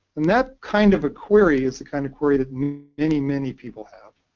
and that kind of a query is the kind of query that many, many people have.